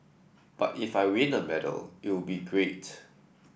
but if I win a medal it would be great